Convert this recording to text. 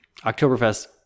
Oktoberfest